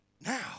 Now